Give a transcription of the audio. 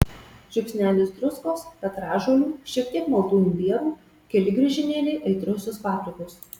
žiupsnelis druskos petražolių šiek tiek maltų imbierų keli griežinėliai aitriosios paprikos